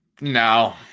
No